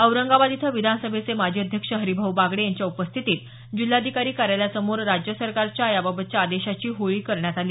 औरंगाबाद इथं विधानसभेचे माजी अध्यक्ष हरिभाऊ बागडे यांच्या उपस्थितीत जिल्हाधिकारी कार्यालयासमोर राज्य सरकारच्या याबाबतच्या आदेशाची होळी करण्यात आली